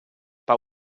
but